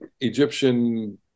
Egyptian